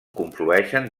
conflueixen